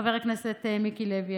חבר הכנסת מיקי לוי,